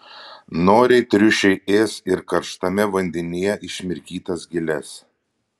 noriai triušiai ės ir karštame vandenyje išmirkytas giles